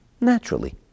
naturally